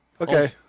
Okay